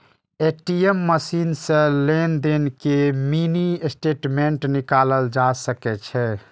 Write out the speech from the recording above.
ATM मशीन सं लेनदेन के मिनी स्टेटमेंट निकालल जा सकै छै